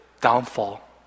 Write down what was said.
downfall